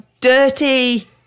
dirty